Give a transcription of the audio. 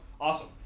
Awesome